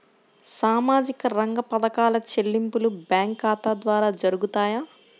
సామాజిక రంగ పథకాల చెల్లింపులు బ్యాంకు ఖాతా ద్వార జరుగుతాయా?